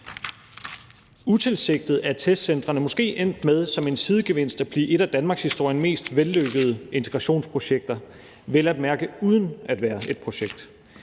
Utilsigtet er testcentrene som en sidegevinst måske endt med at blive et af danmarkshistoriens mest vellykkede integrationsprojekter, vel at mærke uden at være et projekt.